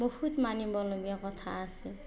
বহুত মানিবলগীয়া কথা আছে